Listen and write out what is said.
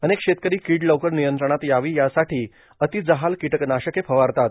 अनेक शेतकरी कीड लवकर नियंत्रणात यावी यासाठी अतिजहाल किटकनाशके फवारतात